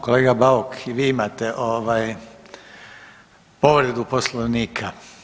Kolega Bauk i vi imate povredu poslovnika.